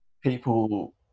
people